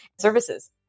services